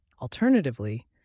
Alternatively